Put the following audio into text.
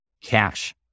cash